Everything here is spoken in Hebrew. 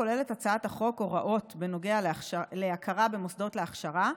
כוללת הצעת החוק הוראות בנוגע להכרה במוסדות להכשרה,